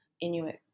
Inuit